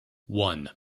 one